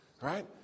Right